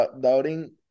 doubting